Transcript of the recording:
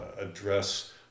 address